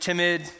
Timid